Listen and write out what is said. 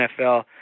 NFL